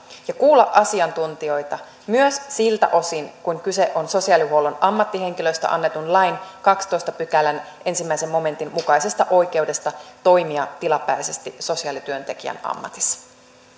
ja kuulla asiantuntijoita myös siltä osin kuin kyse on sosiaalihuollon ammattihenkilöistä annetun lain kahdennentoista pykälän ensimmäisen momentin mukaisesta oikeudesta toimia tilapäisesti sosiaalityöntekijän ammatissa